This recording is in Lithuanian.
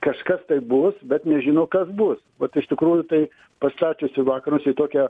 kažkas tai bus bet nežino kas bus vat iš tikrųjų tai pastačiusi vakarus į tokią